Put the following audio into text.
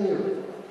אני מאשר.